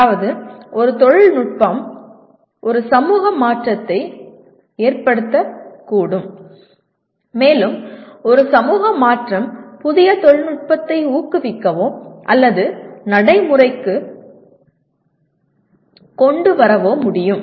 அதாவது ஒரு தொழில்நுட்பம் ஒரு சமூக மாற்றத்தை ஏற்படுத்தக்கூடும் மேலும் ஒரு சமூக மாற்றம் புதிய தொழில்நுட்பத்தை ஊக்குவிக்கவோ அல்லது நடைமுறைக்கு கொண்டு வரவோ முடியும்